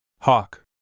Hawk